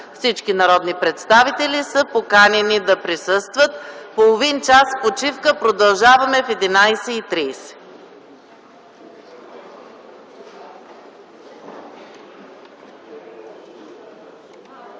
Всички народни представители са поканени да присъстват. Половин час почивка. Продължаваме в 11,30